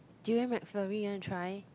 Durian Mcflurry you want to try